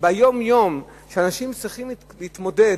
ביום-יום שאנשים צריכים להתמודד